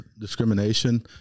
discrimination